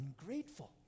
ungrateful